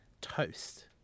toast